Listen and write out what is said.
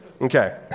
Okay